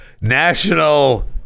national